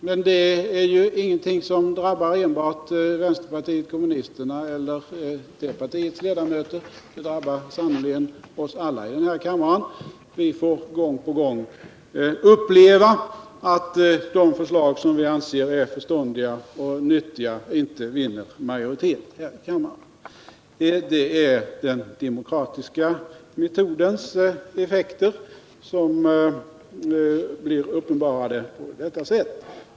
Men det är ingenting som drabbar enbart vänsterpartiet kommunisterna eller det partiets ledamöter. Det drabbar sannerligen oss alla i denna kammare. Vi får gång på gång uppleva att de förslag som vi anser är förståndiga och nyttiga inte vinner majoritet här i kammaren. Det är den demokratiska metodens effekter som blir uppenbarade på detta sätt.